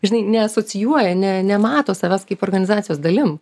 žinai neasocijuoja ne nemato savęs kaip organizacijos dalim